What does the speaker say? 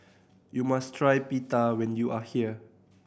you must try Pita when you are here